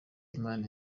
imana